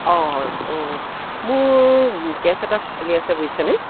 অঁ মোৰ কেছ এটা চলি আছে বুজিছেনে